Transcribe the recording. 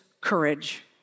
courage